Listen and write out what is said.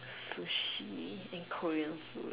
Sushi in Korean food